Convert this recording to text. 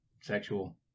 sexual